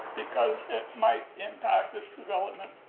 because it might impact this development.